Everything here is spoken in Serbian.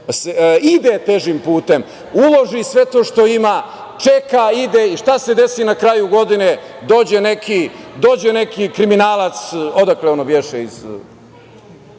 ide težim putem, uloži sve to što ima, čeka, ide. I šta se desi na kraju godine? Dođe neki kriminalac, odakle ono beše, iz